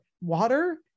water